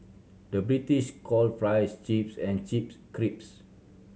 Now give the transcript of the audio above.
the British call fries chips and chips crisps